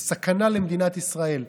זאת סכנה למדינת ישראל.